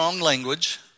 language